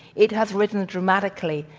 it has risen dramatically,